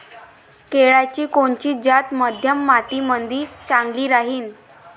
केळाची कोनची जात मध्यम मातीमंदी चांगली राहिन?